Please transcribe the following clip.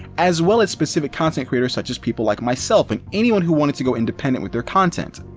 as well as specific content creators such as people like myself and anyone who wanted to go independent with their content.